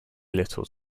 little